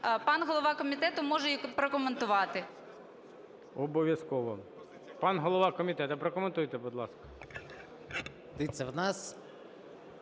пан голова комітету може її прокоментувати. ГОЛОВУЮЧИЙ. Обов'язково. Пан голова комітету, прокоментуйте, будь ласка.